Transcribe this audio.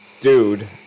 dude